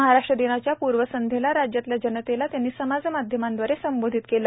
महाराष्ट्र दिनाच्या पूर्वसंध्येला राज्यातल्या जनतेला त्यांनी समाज माध्यमांद्वारे संबोधीत केलं